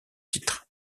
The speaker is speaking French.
titre